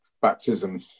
baptism